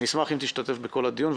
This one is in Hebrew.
אני אשמח אם תשתתף בכל הדיון.